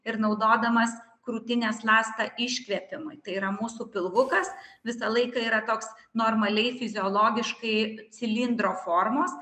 ir naudodamas krūtinės ląstą iškvėpimui tai yra mūsų pilvukas visą laiką yra toks normaliai fiziologiškai cilindro formos